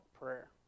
prayer